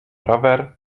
rower